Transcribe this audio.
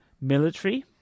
military